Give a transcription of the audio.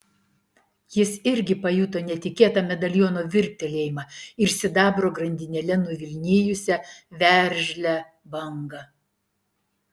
jis irgi pajuto netikėtą medaliono virptelėjimą ir sidabro grandinėle nuvilnijusią veržlią bangą